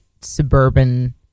suburban